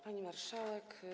Pani Marszałek!